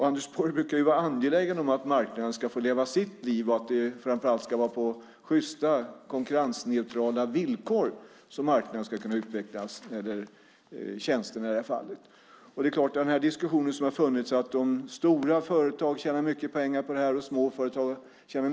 Anders Borg brukar vara angelägen om att marknaden ska få leva sitt liv och att det framför allt ska vara på sjysta konkurrensneutrala villkor som tjänsterna ska kunna utvecklas. Det har funnits en diskussion om att stora och små företag tjänar mycket pengar på detta.